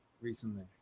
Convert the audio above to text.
Recently